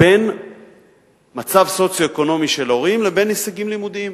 בין מצב סוציו-אקונומי של ההורים לבין הישגים לימודיים,